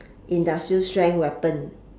industrial strength weapon